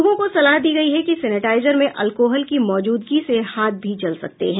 लोगों को सलाह दी गयी है कि सेनेटाइजर में अल्कोहल की मौजूदगी से हाथ भी जल सकते हैं